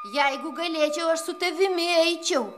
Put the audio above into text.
jeigu galėčiau aš su tavimi eičiau